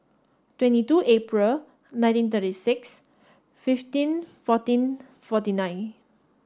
twenty two April nineteen thirty six fifteen fourteen forty nine